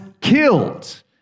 killed